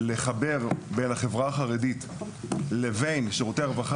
לחבר בין החברה החרדית לבין שירותי הרווחה